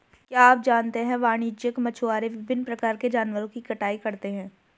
क्या आप जानते है वाणिज्यिक मछुआरे विभिन्न प्रकार के जानवरों की कटाई करते हैं?